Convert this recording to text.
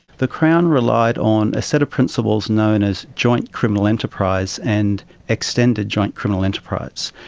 the crown relied on a set of principles known as joint criminal enterprise and extended joint criminal enterprise.